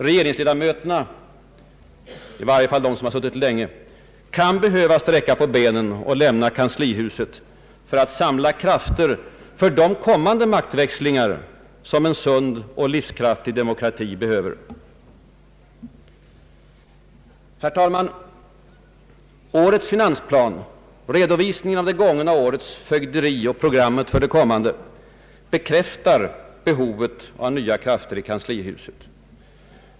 Regeringsledamöterna — i varje fall de som suttit länge — kan behöva sträcka på benen och lämna kanslihuset för att samla krafter för de kommande maktväxlingar som en sund och livskraftig demokrati behöver. Herr talman! Årets finansplan, redovisningen av det gångna årets fögderi och programmet för det kommande, bekräftar behovet av nya krafter i kanslihuset.